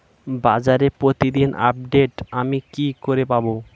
বাজারের প্রতিদিন আপডেট আমি কি করে পাবো?